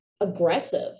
aggressive